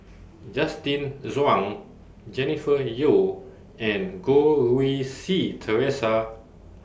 Justin Zhuang Jennifer Yeo and Goh Rui Si Theresa